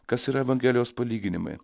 kas yra evangelijos palyginimai